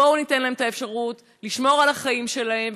בואו ניתן להן אפשרות לשמור על החיים שלהן,